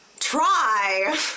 Try